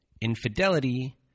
infidelity